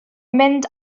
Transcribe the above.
mynd